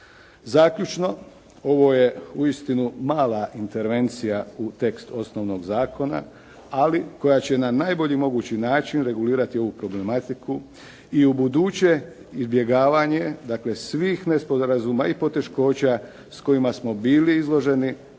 Zaključno, ovo je uistinu mala intervencija u tekstu osnovnog zakona ali koja će na najbolji mogući način regulirati ovu problematiku i ubuduće izbjegavanje, dakle, svih nesporazuma i poteškoća s kojima smo bili izloženi,